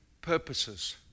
purposes